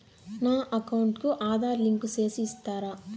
నా అకౌంట్ కు ఆధార్ లింకు సేసి ఇస్తారా?